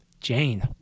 Jane